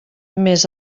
més